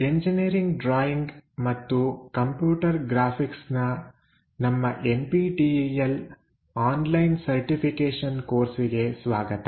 engineering drawing ಮತ್ತು computer graphics ನ ನಮ್ಮ N P T E L online certification ಕೋರ್ಸಿಗೆ ಸ್ವಾಗತ